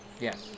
Yes